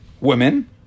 women